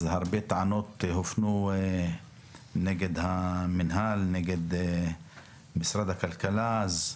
הרבה טענות הופנו נגד המינהל, נגד משרד הכלכלה.